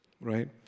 right